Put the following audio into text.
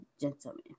gentlemen